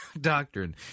doctrine